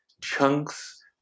chunks